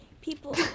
people